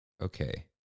Okay